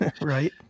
right